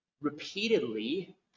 repeatedly